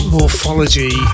Morphology